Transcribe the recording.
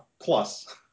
Plus